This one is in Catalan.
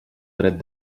dret